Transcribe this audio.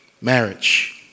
marriage